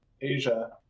Asia